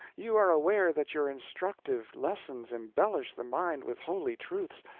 you are aware that your instructive lessons embellish the mind with holy truths,